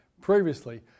previously